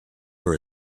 for